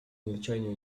milczeniu